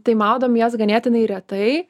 tai maudom jas ganėtinai retai